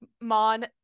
Mon